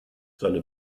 seine